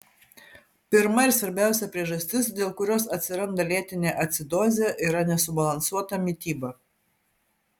pirma ir svarbiausia priežastis dėl kurios atsiranda lėtinė acidozė yra nesubalansuota mityba